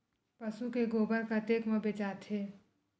पशु के गोबर कतेक म बेचाथे?